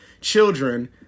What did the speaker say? children